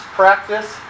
practice